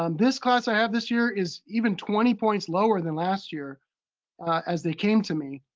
um this class i have this year is even twenty points lower than last year as they came to me.